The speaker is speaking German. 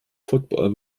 football